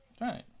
Right